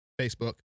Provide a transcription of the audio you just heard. Facebook